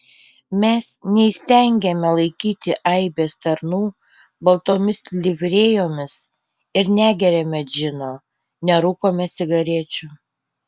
mes neįstengiame laikyti aibės tarnų baltomis livrėjomis ir negeriame džino nerūkome cigarečių